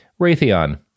Raytheon